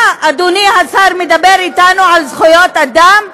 אתה, אדוני השר, מדבר איתנו על זכויות אדם?